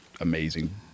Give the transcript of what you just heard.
amazing